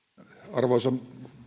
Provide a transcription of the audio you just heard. arvoisa